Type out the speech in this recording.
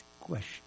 question